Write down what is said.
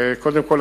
קודם כול,